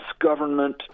government